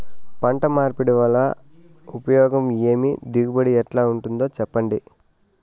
పంట మార్పిడి వల్ల ఉపయోగం ఏమి దిగుబడి ఎట్లా ఉంటుందో చెప్పండి?